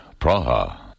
Praha